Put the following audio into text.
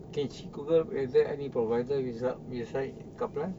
can she Google whether any provided result beside kaplan